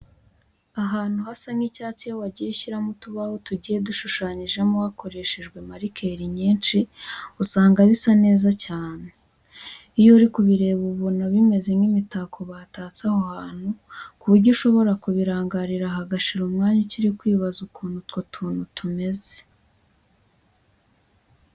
Ahantu hasa nk'icyatsi iyo wagiye ushyiramo utubaho tugiye dushushanyijemo hakoreshejwe marikeri nyinshi usanga bisa neza cyane. Iyo uri kubireba ubona bimeze nk'imitako batatse aho hantu ku buryo ushobora kubirangarira hagashira umwanya ukiri kwibaza ukuntu utwo tuntu tumeze.